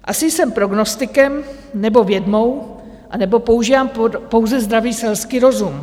Asi jsem prognostikem nebo vědmou anebo používám pouze zdravý selský rozum.